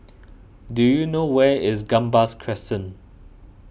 do you know where is Gambas Crescent